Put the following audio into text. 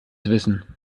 wissen